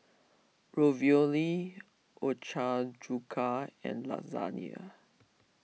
Ravioli Ochazuke and Lasagna